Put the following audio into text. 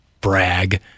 brag